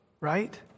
right